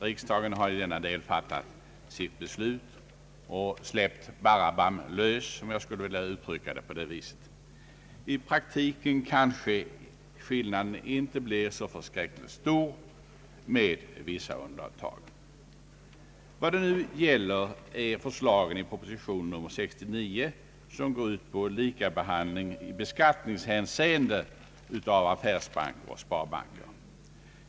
Riksdagen har i denna del fattat sitt beslut och släppt Barabbam lös, om jag får uttrycka det så. I praktiken blir kanske skillnaden inte så stor, med vissa undantag. Vad det nu gäller är förslagen i propositionen 99, vilka går ut på likabehandling i beskattningshänseende av affärsbanker och sparbanker.